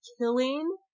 killing